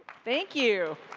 thank you.